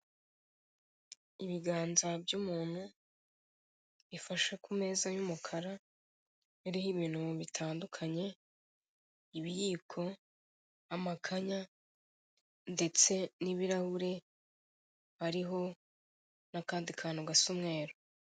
Ibiganza by'umuntu bifashe ku meza y'umukara iriho ibintu bitandukanye ibiyiko, amakanya ndetse n'ibirahure, hariho n'akandi kantu gasa umweru.